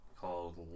called